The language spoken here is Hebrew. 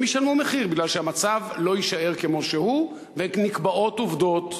הם ישלמו מחיר מפני שהמצב לא יישאר כמו שהוא ונקבעות עובדות.